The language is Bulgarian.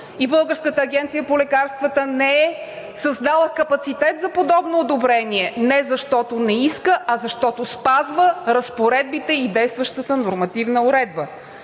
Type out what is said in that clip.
Българската агенция по лекарствата не е създала капацитет за подобно одобрение – не защото не иска, а защото спазва разпоредбите и действащата нормативна уредба.